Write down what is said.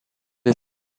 est